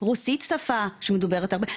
רוסית היא שפה שמדוברת הרבה.